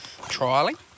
trialing